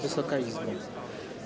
Wysoka Izbo!